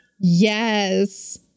yes